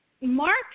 Mark